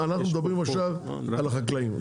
אנחנו מדברים עכשיו על החקלאים.